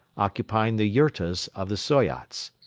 occupying the yurtas of the soyots.